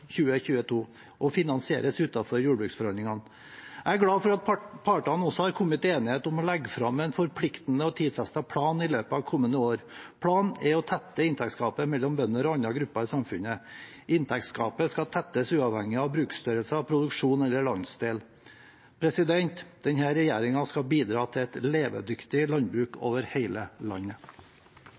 2022 og finansieres utenfor jordbruksforhandlingene. Jeg er glad for at partene også har kommet til enighet om å legge fram en forpliktende og tidfestet plan i løpet av kommende år. Planen er å tette inntektsgapet mellom bønder og andre grupper i samfunnet. Inntektsgapet skal tettes uavhengig av bruksstørrelse, produksjon eller landsdel. Denne regjeringen skal bidra til et levedyktig landbruk over hele landet.